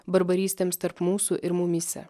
barbarystėm s tarp mūsų ir mumyse